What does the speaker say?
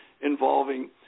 involving